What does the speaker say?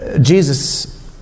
Jesus